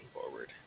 forward